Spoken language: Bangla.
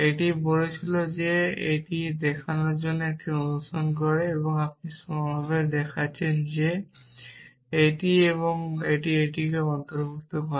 এটি বলেছিল যে এটি দেখানোর জন্য এটিকে অনুসরণ করে আপনি সমানভাবে দেখাচ্ছেন যে এটি এবং এটি এটিকে অন্তর্ভুক্ত করে